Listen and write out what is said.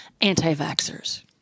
anti-vaxxers